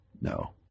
No